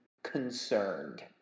concerned